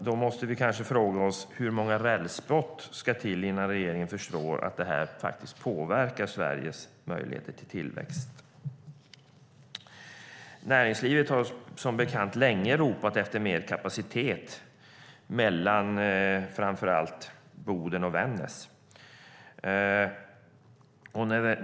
Då måste vi kanske fråga oss: Hur många rälsbrott ska till innan regeringen förstår att detta faktiskt påverkar Sveriges möjligheter till tillväxt? Näringslivet har som bekant länge ropat efter mer kapacitet mellan framför allt Boden och Vännäs.